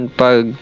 pag